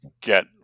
get